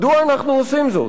מדוע אנחנו עושים זאת?